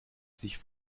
sich